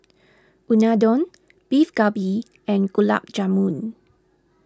Unadon Beef Galbi and Gulab Jamun